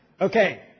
Okay